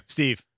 Steve